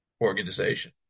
organization